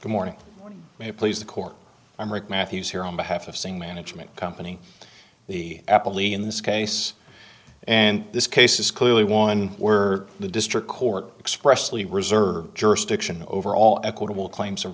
the morning may please the court i'm rick matthews here on behalf of saying management company the apple e in this case and this case is clearly one were the district court expressly reserved jurisdiction over all equitable claims of